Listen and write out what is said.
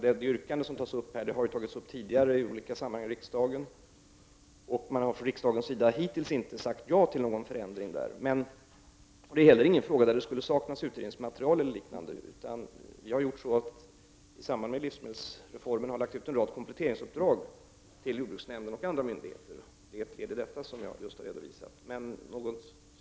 Det yrkande som här tas upp har tagits upp tidigare i riksdagen i olika sammanhang. Man har från riksdagens sida hittills inte sagt ja till någon förändring när det gäller områdesindelningen. Det är inte heller någon fråga i vilken det saknas utredningsmaterial eller liknande. I samband med livsmedelsreformen har en rad kompletteringsuppdrag givits till jordbruksnämnden och andra myndigheter. Det är ett led i detta som jag just har redovisat.